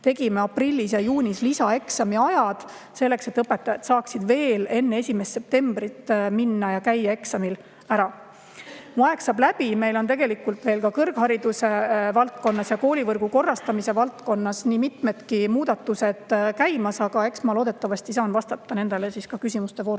Määrasime aprillis ja juunis lisaeksamiajad selleks, et õpetajad saaksid veel enne 1. septembrit minna ja eksamil ära käia. Mu aeg saab läbi, aga meil on tegelikult ka kõrghariduse valdkonnas ja koolivõrgu korrastamise valdkonnas nii mitmedki muudatused käimas. Loodetavasti saan vastata nendel [teemadel] küsimuste voorus.